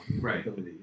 Right